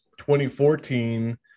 2014